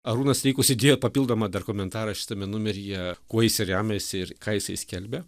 arūnas streikus įdėjo papildomą dar komentarą šitame numeryje kuo jis remiasi ir ką jisai skelbia